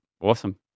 Awesome